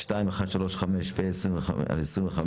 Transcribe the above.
2135/25,